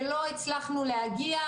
שלא הצלחנו להגיע,